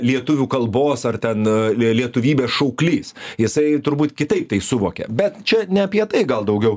lietuvių kalbos ar ten lietuvybės šauklys jisai turbūt kitaip tai suvokė bet čia ne apie tai gal daugiau